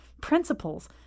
principles